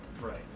Right